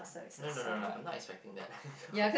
no no no no I'm not expecting that